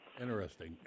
Interesting